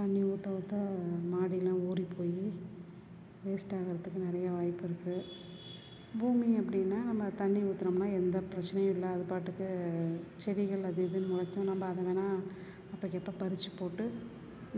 தண்ணி ஊற்ற ஊற்ற மாடியெலாம் ஊறி போய் வேஸ்ட்டாகிறதுக்கு நிறைய வாய்ப்பு இருக்குது பூமி அப்படின்னா நம்ம தண்ணி ஊத்துறோம்னால் எந்த பிரச்சனையும் இல்லை அது பாட்டுக்கு செடிகள் அது இதுனு முளைக்கும் நம்ம அதை வேணா அப்பைக்கு அப்போ பறித்து போட்டு